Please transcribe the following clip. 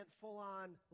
full-on